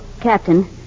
Captain